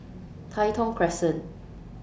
Tai Thong Crescent